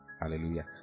Hallelujah